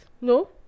No